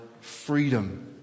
freedom